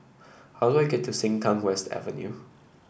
how do I get to Sengkang West Avenue